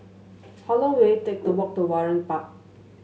how long will it take to walk to Waringin Park